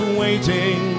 waiting